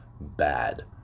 bad